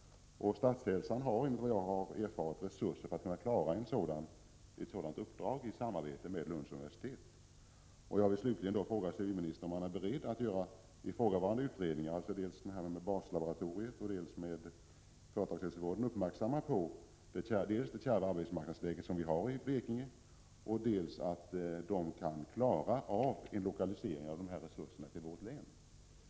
Statshälsan har, enligt vad jag har erfarit, resurser för att kunna klara ett sådant uppdrag i samarbete med Lunds universitet. Jag vill slutligen fråga civilministern om han är beredd att göra ifrågavarande utredningar, dvs. om baslaboratoriet och om företagshälsovården, uppmärksamma på dels det kärva arbetsmarknadsläget i Blekinge, dels möjligheten av en lokalisering av dessa resurser till vårt län.